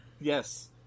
yes